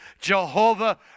Jehovah